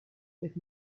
with